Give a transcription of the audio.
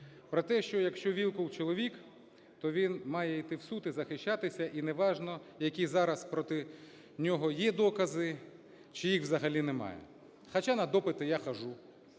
про те, що якщо Вілкул чоловік, то він має іти в суд і захищатися, і не важно, які зараз проти нього є докази чи їх взагалі немає. Хоча на допити я ходжу,